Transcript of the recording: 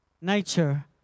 nature